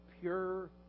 pure